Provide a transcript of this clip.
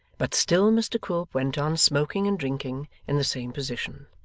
but still mr quilp went on smoking and drinking in the same position,